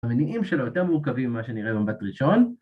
‫המניעים שלו יותר מורכבים ‫ממה שנראה במבט ראשון.